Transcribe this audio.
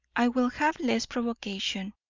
i will have less provocation.